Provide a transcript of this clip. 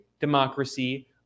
democracy